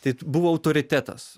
tai buvo autoritetas